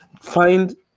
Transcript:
find